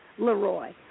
LeRoy